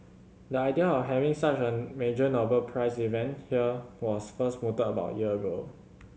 the idea of having such an major Nobel Prize event here was first mooted about a year ago